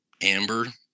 amber